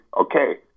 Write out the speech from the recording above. Okay